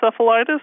encephalitis